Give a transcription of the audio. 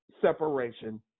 separation